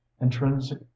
intrinsic